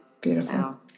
beautiful